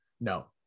No